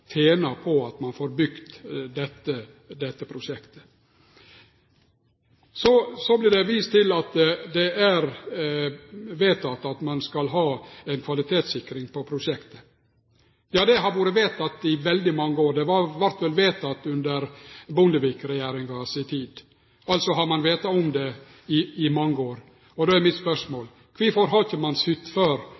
tener på at ein får bygd dette prosjektet. Så vert det vist til at det er vedteke at ein skal ha kvalitetssikring av prosjektet. Ja, det vart vedteke for veldig mange år sidan. Det vart vel vedteke under Bondevik-regjeringa i si tid, altså har ein visst om det i mange år. Då er mitt spørsmål: Kvifor har ein ikkje sytt for at ein